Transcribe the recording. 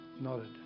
nodded